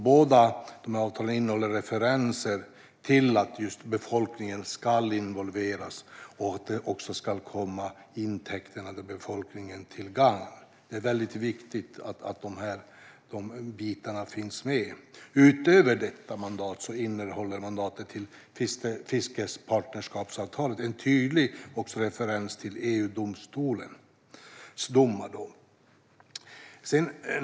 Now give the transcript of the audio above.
Båda dessa avtal innehåller referenser just till att befolkningen ska involveras och att intäkterna ska komma befolkningen till gagn. Det är väldigt viktigt att de bitarna finns med. Utöver detta mandat innehåller mandatet till fiskepartnerskapsavtalet en tydlig referens till EU-domstolens domar.